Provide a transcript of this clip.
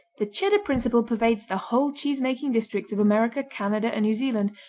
the cheddar principle pervades the whole cheesemaking districts of america, canada and new zealand,